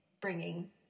bringing